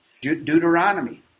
Deuteronomy